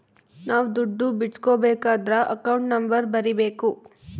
ನಾವ್ ದುಡ್ಡು ಬಿಡ್ಸ್ಕೊಬೇಕದ್ರ ಅಕೌಂಟ್ ನಂಬರ್ ಬರೀಬೇಕು